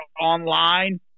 online